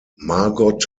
margot